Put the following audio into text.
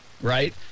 right